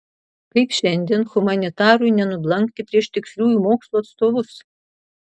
kaip šiandien humanitarui nenublankti prieš tiksliųjų mokslų atstovus